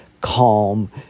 calm